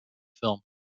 film